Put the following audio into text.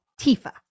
Tifa